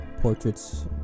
portraits